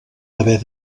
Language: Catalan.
haver